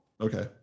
Okay